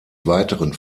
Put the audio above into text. weiteren